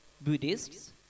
Buddhists